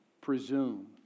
presume